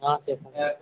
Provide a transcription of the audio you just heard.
చెప్పండి సార్